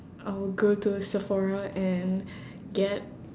I would go to a sephora and get